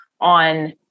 on